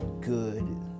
good